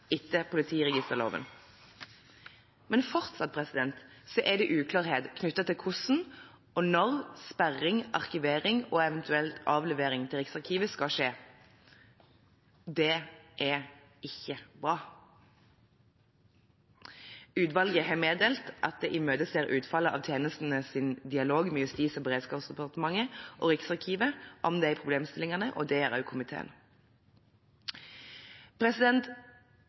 etter politiregisterloven. Men fortsatt er det uklarhet knyttet til hvordan og når sperring, arkivering og eventuell avlevering til Riksarkivet skal skje. Det er ikke bra. Utvalget har meddelt at det imøteser utfallet av tjenestenes dialog med Justis- og beredskapsdepartementet og Riksarkivet omkring disse problemstillingene. Det gjør også komiteen.